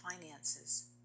finances